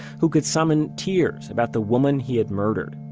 who could summon tears about the woman he had murdered,